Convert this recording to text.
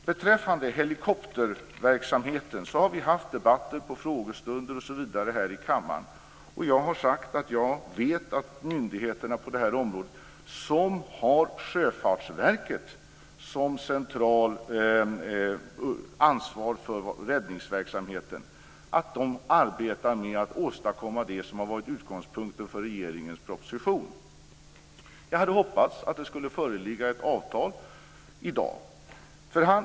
Beträffande helikopterverksamheten har vi haft debatter under frågestunder osv. här i kammaren. Jag har sagt att jag vet att myndigheterna på det här området, där Sjöfartsverket har centralt ansvar för räddningsverksamheten, arbetar med att åstadkomma det som varit utgångspunkten för regeringens proposition. Jag hade hoppats att det skulle föreligga ett avtal i dag.